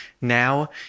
now